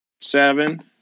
seven